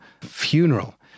funeral